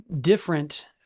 different